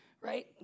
Right